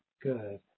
good